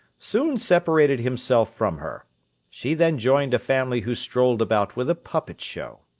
soon separated himself from her she then joined a family who strolled about with a puppet-show.